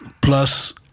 plus